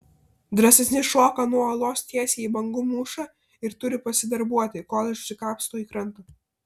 drąsesni šoka nuo uolos tiesiai į bangų mūšą ir turi pasidarbuoti kol išsikapsto į krantą